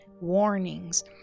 warnings